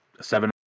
seven